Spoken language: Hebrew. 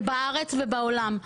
זה בארץ ובעולם.